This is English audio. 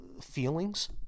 feelings